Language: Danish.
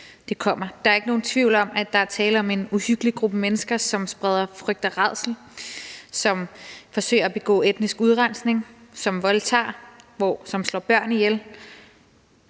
kommer. Der er ikke nogen tvivl om, at der er tale om en uhyggelig gruppe mennesker, som spreder frygt og rædsel, som forsøger at begå etnisk udrensning, som voldtager, som slår børn ihjel,